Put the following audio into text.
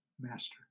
master